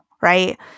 right